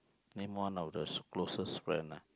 name one of the closest friend ah